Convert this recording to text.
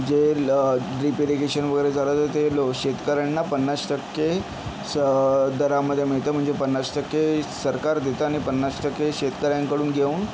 जे ल drip irrigation वगैरे चालवतात ते लों शेतकऱ्यांना पन्नास टक्के स दरामध्ये मिळतं म्हणजे पन्नास टक्के सरकार देतं आणि पन्नास टक्के शेतकऱ्यांकडून घेऊन